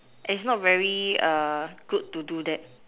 is not very uh good to do that